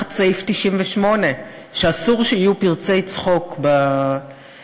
תחת סעיף 98, שאסור שיהיו פרצי צחוק בוועדה.